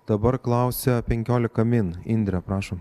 dabar klausia penkiolika min indrė prašom